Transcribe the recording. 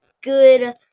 good